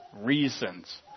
reasons